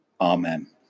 Amen